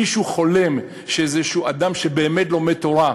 מישהו חולם שאיזה אדם שבאמת לומד תורה,